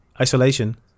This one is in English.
isolation